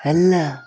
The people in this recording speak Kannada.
ಅಲ್ಲ